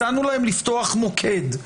הצענו להם לפתוח מוקד.